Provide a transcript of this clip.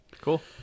Cool